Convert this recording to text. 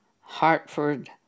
Hartford